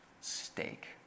Steak